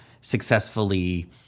successfully